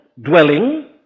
dwelling